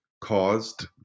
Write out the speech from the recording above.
caused